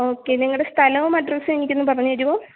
okay നിങ്ങളുടെ സ്ഥലവും അഡ്രസ്സും എനിക്കൊന്ന് പറഞ്ഞു തരുമോ